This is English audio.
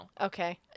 Okay